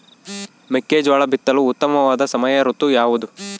ಮೆಕ್ಕೆಜೋಳ ಬಿತ್ತಲು ಉತ್ತಮವಾದ ಸಮಯ ಋತು ಯಾವುದು?